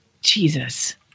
Jesus